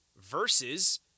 versus